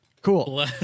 Cool